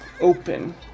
open